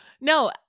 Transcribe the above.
No